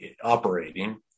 operating